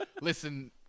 listen